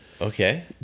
okay